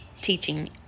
teaching